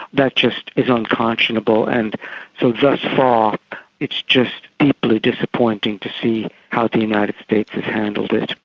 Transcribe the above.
that just is unconscionable, and so thus far it's just deeply disappointing to see how the united states has handled it.